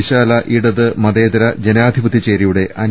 വിശാല ഇടത് മതേതര ജനാധിപത്യ ചേരിയുടെ അനി